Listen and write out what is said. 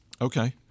Okay